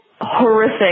horrific